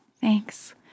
Thanks